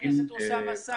סכסוך על רעש,